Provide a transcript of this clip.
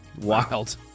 Wild